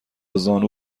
زانو